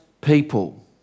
people